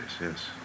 yes